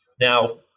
now